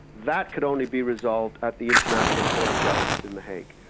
that could only be resolved at the international court of justice in the hague.